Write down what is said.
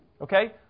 Okay